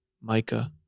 Micah